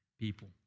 people